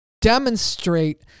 demonstrate